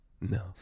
No